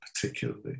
particularly